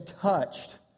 touched